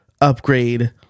upgrade